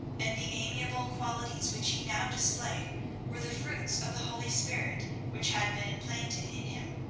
and the amiable qualities which he now displayed were the fruits of the holy spirit which had been implanted in him.